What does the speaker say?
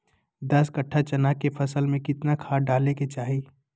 दस कट्ठा चना के फसल में कितना खाद डालें के चाहि?